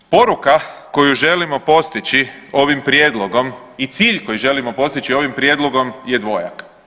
Poruka koju želimo postići ovim prijedlogom i cilj koji želimo postići ovim prijedlogom je dvojak.